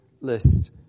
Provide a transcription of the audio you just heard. list